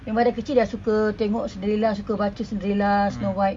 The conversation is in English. daripada kecil dah suka tengok cinderella suka baca cinderella snow white